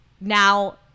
now